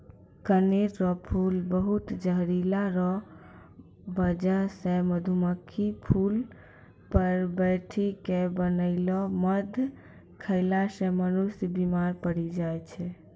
कनेर रो फूल बहुत जहरीला रो बजह से मधुमक्खी फूल पर बैठी के बनैलो मध खेला से मनुष्य बिमार पड़ी जाय छै